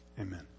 Amen